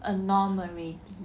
a norm already